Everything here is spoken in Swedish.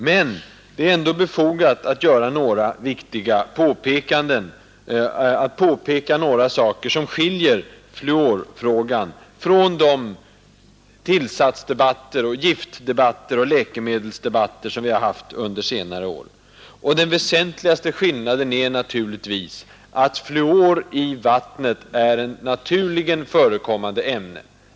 Men det är ändå befogat att peka på några saker som skiljer fluorfrågan från de tillsatsdebatter, giftdebatter och läkemedelsdebatter vi har haft under senare år. Den väsentliga skillnaden är naturligtvis att fluor i vattnet är ett naturligt förekommande ämne.